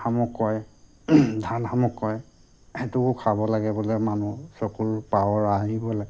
শামুক কয় ধান শামুক কয় সেইটোও খাব লাগে বোলে মানুহ চকুৰ পাৱাৰ আহিবলে